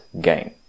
gain